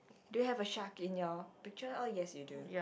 do you have a shark in your picture oh yes you do